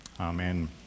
amen